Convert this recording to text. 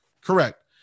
correct